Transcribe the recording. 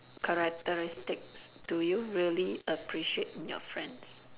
characteristics do you really appreciate in your friends